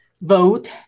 vote